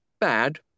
bad